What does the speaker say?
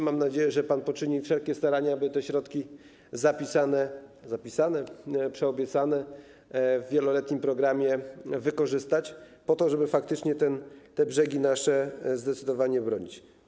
Mam nadzieję, że pan poczyni wszelkie starania, aby te środki zapisane - zapisane czy obiecane - w wieloletnim programie wykorzystać, po to żeby faktycznie te nasze brzegi zdecydowanie chronić.